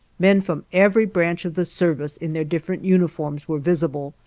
men from every branch of the service, in their different uniforms, were visible,